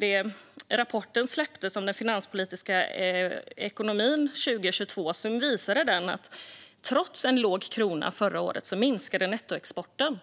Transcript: den. I dag släpptes Finanspolitiska rådets rapport om ekonomin under 2022. Det intressanta var att den visade att nettoexporten minskade förra året, trots svag krona.